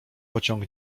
pociąg